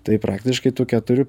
tai praktiškai tų keturių